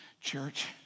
Church